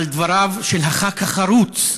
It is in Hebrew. על דבריו של חבר הכנסת החרוץ,